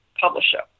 publisher